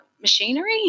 machinery